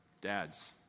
Dads